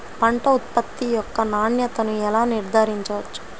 పంట ఉత్పత్తి యొక్క నాణ్యతను ఎలా నిర్ధారించవచ్చు?